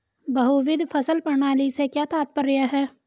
बहुविध फसल प्रणाली से क्या तात्पर्य है?